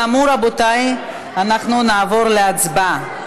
כאמור, רבותי, אנחנו נעבור להצבעה.